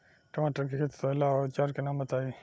टमाटर के खेत सोहेला औजर के नाम बताई?